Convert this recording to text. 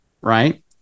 right